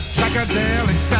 Psychedelic